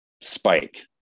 spike